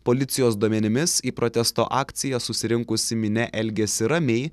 policijos duomenimis į protesto akciją susirinkusi minia elgėsi ramiai